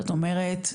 זאת אומרת,